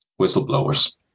whistleblowers